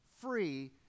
free